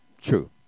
True